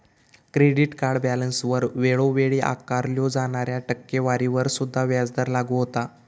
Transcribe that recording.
credit card बॅलन्सवर वेळोवेळी आकारल्यो जाणाऱ्या टक्केवारीवर सुद्धा व्याजदर लागू होता